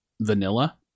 vanilla